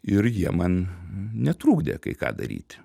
ir jie man netrukdė kai ką daryti